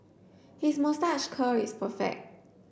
his moustache curl is perfect